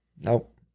Nope